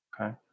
Okay